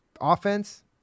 offense